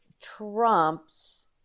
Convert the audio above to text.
Trump's